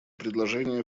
предложения